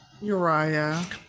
Uriah